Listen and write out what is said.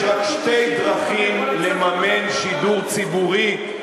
יש רק שתי דרכים לממן שידור ציבורי,